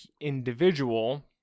individual